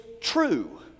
true